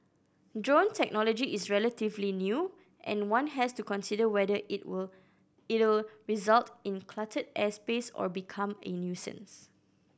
drone technology is relatively new and one has to consider whether it will it'll result in cluttered airspace or become a nuisance